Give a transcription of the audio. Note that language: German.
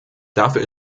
dafür